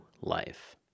life